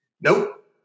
Nope